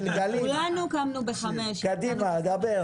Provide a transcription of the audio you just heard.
קדימה דבר.